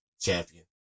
champion